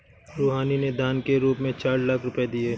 रूहानी ने दान के रूप में चार लाख रुपए दिए